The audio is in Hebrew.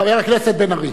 חבר הכנסת בן-ארי.